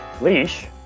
Leash